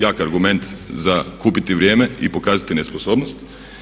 Jak argument za kupiti vrijeme i pokazati nesposobnost.